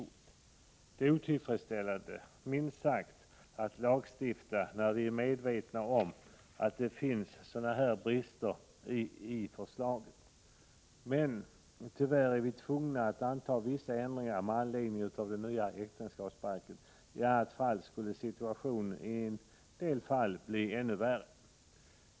Det är otillfredsställande, minst sagt, att lagstifta när vi är medvetna om att det finns sådana brister i förslaget. Men vi är tyvärr tvungna att anta vissa ändringar med anledning av den nya äktenskapsbalken; annars skulle situationen i en del fall bli än värre.